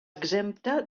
exempta